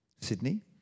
Sydney